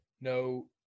No